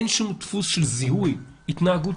אין שום דפוס של זיהוי התנהגותי.